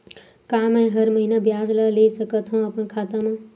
का मैं हर महीना ब्याज ला ले सकथव अपन खाता मा?